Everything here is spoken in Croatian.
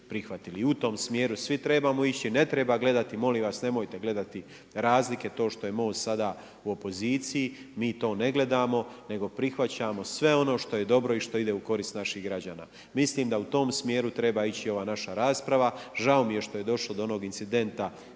prihvatili. I u tom sjeru svi trebamo ići, ne treba gledati, molim vas, nemojte gledati razlike to što je MOST sada u opoziciji, mi to ne gledamo, nego prihvaćamo sve ono što je dobro i što ide u korist naših građana. Mislim da u tom smjeru treba ići ova naša rasprava, žao mi je što je došlo do onog incidenta